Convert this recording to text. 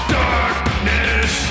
darkness